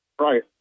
Right